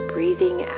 Breathing